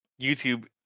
YouTube